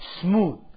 smooth